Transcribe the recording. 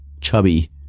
chubby